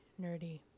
nerdy